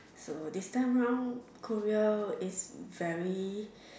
so this time round Korea is very